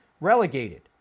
relegated